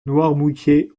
noirmoutier